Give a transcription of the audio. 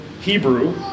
Hebrew